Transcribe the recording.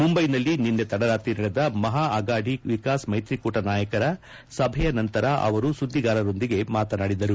ಮುಂಬೈನಲ್ಲಿ ನಿನ್ನೆ ತಡರಾತ್ರಿ ನಡೆದ ಮಹಾ ಅಘಾದಿ ವಿಕಾಸ್ ಮೈತ್ರಿಕೂಟ ನಾಯಕರ ಸಭೆಯ ನಂತರ ಅವರು ಸುದ್ಗಿಗಾರರೊಂದಿಗೆ ಮಾತನಾಡಿದರು